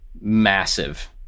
massive